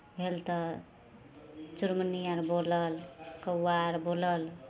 भेल तऽ चुरमुन्नी अर बोलल कौआ अर बोलल